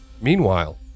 Meanwhile